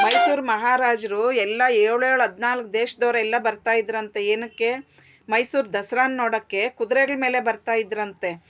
ಮೈಸೂರು ಮಹಾರಾಜರು ಎಲ್ಲ ಏಳೇಳು ಹದಿನಾಲ್ಕು ದೇಶದವ್ರೆಲ್ಲ ಬರ್ತಾ ಇದ್ರಂತೆ ಏನಕ್ಕೆ ಮೈಸೂರು ದಸರಾ ನೋಡೋಕ್ಕೆ ಕುದುರೆಗಳ್ ಮೇಲೆ ಬರ್ತಾ ಇದ್ರಂತೆ